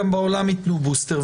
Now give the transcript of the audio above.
גם בעולם יתנו בוסטר,